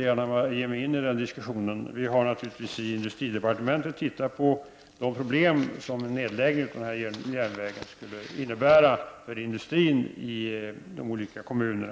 gärna ge mig in i diskussionen om järnvägen. Vi har naturligtvis i industridepartementet studerat de problem som en nedläggning av den här järnvägen skulle innebära för industrin i de olika kommunerna.